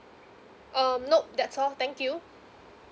um nope that's all thank you